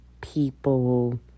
people